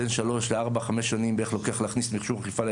בין 3-4 שנים בערך לוקח להכניס מכשור אכיפה.